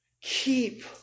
Keep